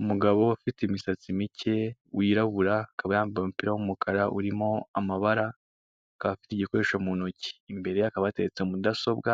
Umugabo ufite imisatsi mike, wirabura akaba yambaye umupira w'umukara urimo amabara akaba afite igikoresho mu ntoki. Imbere ye hakaba hateretse mudasobwa,